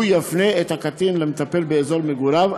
הוא יפנה את הקטין למטפל באזור מגוריו,